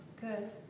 Good